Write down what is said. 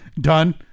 done